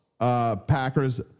Packers